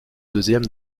deuxième